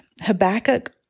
Habakkuk